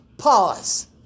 pause